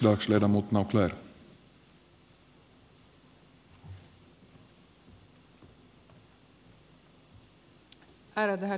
ärade herr talman